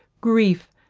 grief,